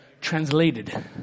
translated